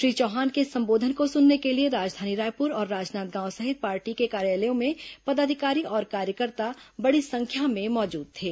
श्री चौहान के इस संबोधन को सुनने के लिए राजधानी रायपुर और राजनांदगांव सहित पार्टी के कार्यालयों में पदाधिकारी और कार्यकर्ता बड़ी संख्या में मौजूद थे